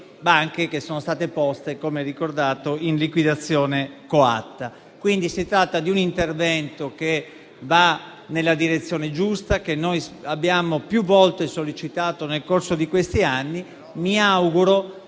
banche, che sono state poste, come ricordato, in liquidazione coatta. Quindi si tratta di un intervento che va nella direzione giusta e che abbiamo più volte sollecitato nel corso di questi anni. Mi auguro